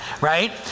right